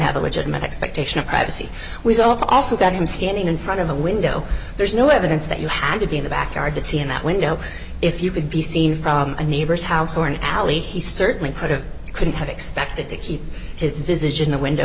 have a legitimate expectation of privacy was also got him standing in front of a window there's no evidence that you had to be in the backyard to see in that window if you could be seen from a neighbor's house or an alley he certainly could have couldn't have expected to keep his visit in the window